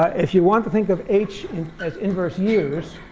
ah if you want to think of h and as inverse years,